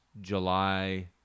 July